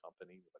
company